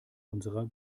unserer